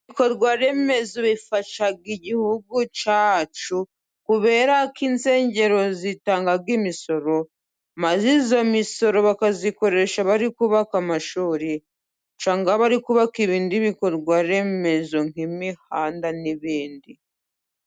Ibikorwaremezo bifasha igihugu cyacu kubera ko insengero zitanga imisoro maze iyo misoro bakayikoresha bari kubaka amashuri, cyangwa bari kubaka ibindi bikorwaremezo nk'imihanda n'ibindi.